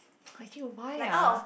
actually why ah